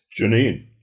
Janine